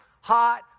hot